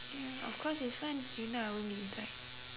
ya of course it's fun if not I wont be inside